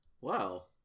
Wow